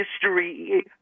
history